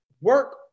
work